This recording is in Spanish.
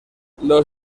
los